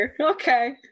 Okay